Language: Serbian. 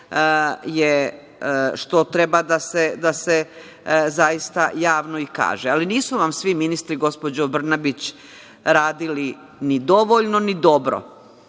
što treba da se zaista javno i kaže. Nisu vam svi ministri, gospođo Brnabić, radili ni dovoljno, ni dobro.